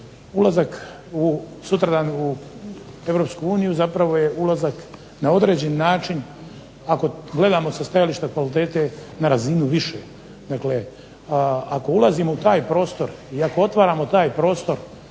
ulazak sutradan u Europsku uniju zapravo je ulazak na određeni način ako gledamo sa stajališta kvalitete na razinu više. Dakle, ako ulazimo u taj prostor i ako otvaramo taj prostor,